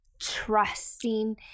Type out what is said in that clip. trusting